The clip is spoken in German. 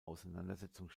auseinandersetzung